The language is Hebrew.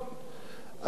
אדוני היושב-ראש,